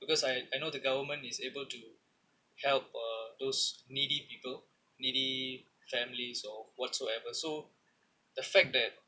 because I I know the government is able to help uh those needy people needy families or whatsoever so the fact that